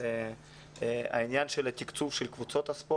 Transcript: הנושא הראשון זה עניין התקצוב של קבוצות הספורט.